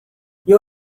you